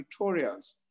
tutorials